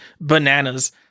bananas